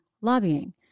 lobbying